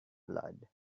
blood